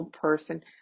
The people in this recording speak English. person